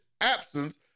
absence